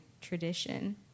tradition